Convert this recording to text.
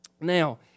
Now